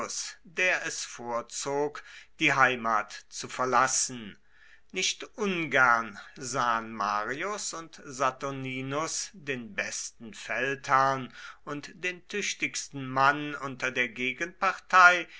der es vorzog die heimat zu verlassen nicht ungern sahen marius und saturninus den besten feldherrn und den tüchtigsten mann unter der